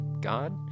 God